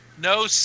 no